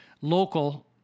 Local